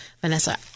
Vanessa